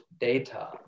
data